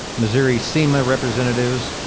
missouri sema representatives,